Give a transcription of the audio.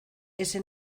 ese